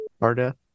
Arda